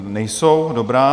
Nejsou, dobrá.